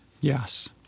Yes